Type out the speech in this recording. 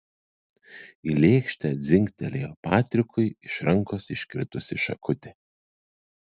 į lėkštę dzingtelėjo patrikui iš rankos iškritusi šakutė